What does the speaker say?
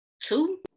two